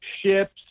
ships